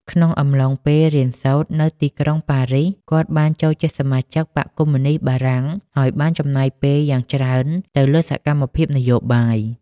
ក្នុងអំឡុងពេលរៀនសូត្រនៅទីក្រុងប៉ារីស គាត់បានចូលជាសមាជិកបក្សកុម្មុនីស្តបារាំង ហើយបានចំណាយពេលយ៉ាងច្រើនទៅលើសកម្មភាពនយោបាយ។